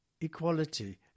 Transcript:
equality